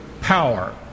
power